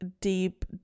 deep